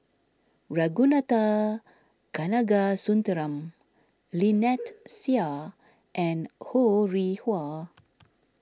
Ragunathar Kanagasuntheram Lynnette Seah and Ho Rih Hwa